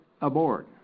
aboard